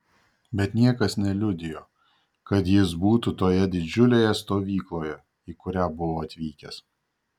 bet niekas neliudijo kad jis būtų toje didžiulėje stovykloje į kurią buvo atvykęs